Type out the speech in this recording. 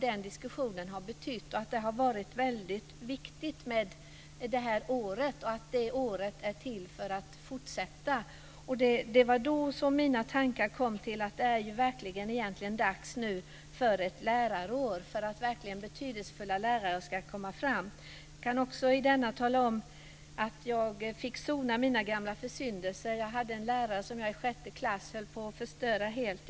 Detta år har varit väldigt viktigt, och det bör få en fortsättning. Jag menar att det nu verkligen är dags för ett lärarår, när lärarens stora betydelse hålls fram. Jag kan i detta sammanhang tala om att jag har fått tillfälle att sona gamla försyndelser. Jag höll i sjätte klass på att helt förstöra en lärare.